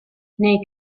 nei